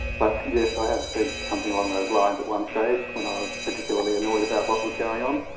but yes, i have said something along those lines at one stage, when i was particularly annoyed about what was going on.